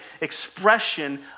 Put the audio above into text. expression